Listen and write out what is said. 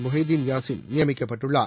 Mohideen Yassin நியமிக்கப்பட்டுள்ளார்